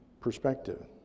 perspective